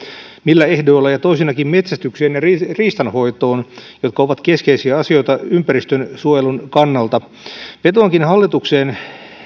millä ehdoilla ja toisinnakin metsästykseen ja riistanhoitoon jotka ovat keskeisiä asioita ympäristönsuojelun kannalta vetoankin hallitukseen